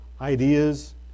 ideas